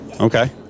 okay